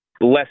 less